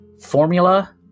formula